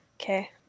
Okay